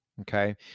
Okay